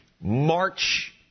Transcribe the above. March